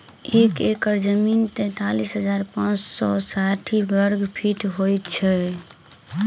एक एकड़ जमीन तैँतालिस हजार पाँच सौ साठि वर्गफीट होइ छै